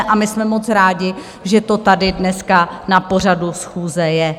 A my jsme moc rádi, že to tady dneska na pořadu schůze je.